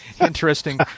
interesting